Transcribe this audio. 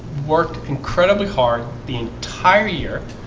worked incredibly hard the entire year.